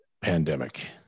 pandemic